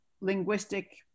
linguistic